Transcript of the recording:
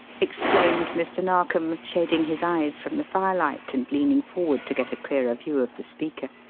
exclaimed mr. narkom, shading his eyes from the firelight and leaning forward to get a clearer view of the speaker.